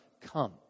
come